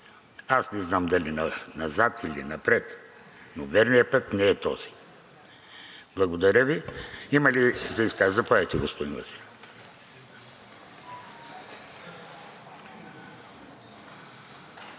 Аз не знам дали назад или напред, но верният път не е този. Благодаря Ви. Има ли за изказване? Заповядайте, господин Василев.